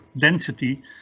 density